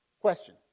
Question